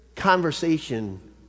conversation